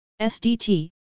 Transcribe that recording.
SDT